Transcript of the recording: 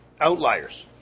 outliers